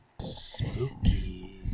Spooky